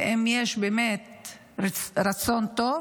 אם יש באמת רצון טוב,